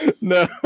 No